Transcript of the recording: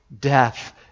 death